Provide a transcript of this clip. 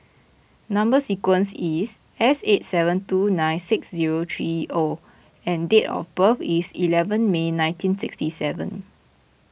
Number Sequence is S eight seven two nine six zero three O and date of birth is eleven May nineteen sixty seven